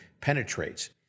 penetrates